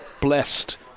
blessed